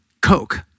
coke